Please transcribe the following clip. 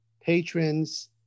patrons